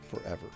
forever